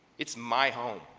it's my home.